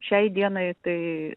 šiai dienai tai